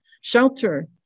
shelter